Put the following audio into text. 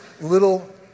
little